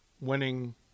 winning